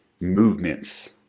movements